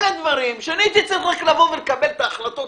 אלה דברים שהייתי צריך רק לבוא ולקבל בהם החלטות,